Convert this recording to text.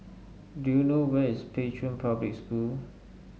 do you know where is Pei Chun Public School